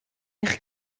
eich